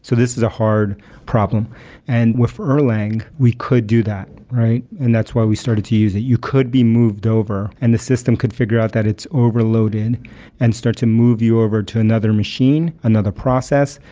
so this is a hard problem and with erlang, we could do that, right? and that's why we started to use it. you could be moved over and the system could figure out that it's overloaded and start to move you over to another machine, machine, another process,